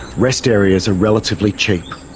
rest areas are relatively cheap.